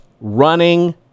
running